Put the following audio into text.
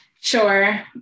Sure